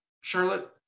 Charlotte